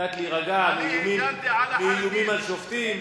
קצת להירגע מאיומים על שופטים,